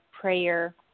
prayer